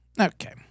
okay